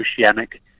oceanic